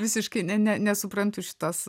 visiškai ne ne nesuprantu šitos